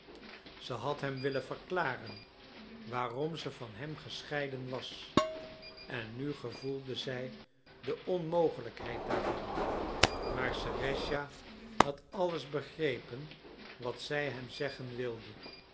zij had hem willen verklaren waarom ze van hem gescheiden was en nu gevoelde zij de onmogelijkheid daarvan maar serëscha had alles begrepen wat zij hem zeggen wilde